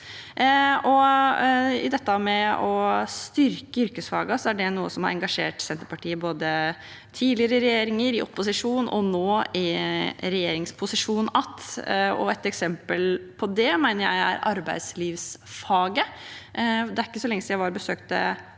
landet. Det å styrke yrkesfagene er noe som har engasjert Senterpartiet både i tidligere regjeringer, i opposisjon og nå igjen i regjeringsposisjon. Et eksempel på det mener jeg er arbeidslivsfaget. Det er ikke så lenge siden jeg var